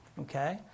Okay